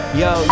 yo